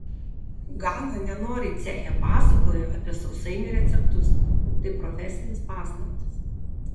gana nenoriai ceche pasakojo apie sausainių receptus juk tai profesinės paslaptys